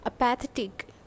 Apathetic